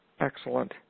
Excellent